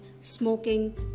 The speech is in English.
smoking